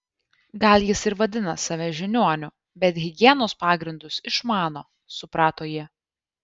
gal jis ir vadina save žiniuoniu bet higienos pagrindus išmano suprato ji